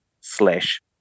slash